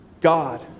God